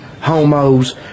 homos